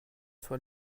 soit